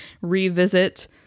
revisit